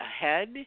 ahead